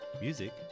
Music